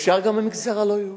אפשר גם במגזר הלא-יהודי.